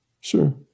sure